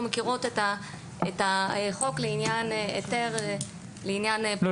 מכירות את החוק לעניין היתר --- לא.